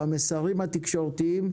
במסרים התקשורתיים,